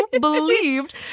believed